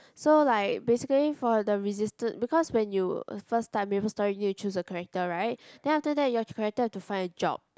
so like basically for the resis~ because when you first time Maplestory then you choose a character right then after that your character have to find a job